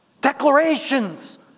declarations